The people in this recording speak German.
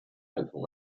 einführung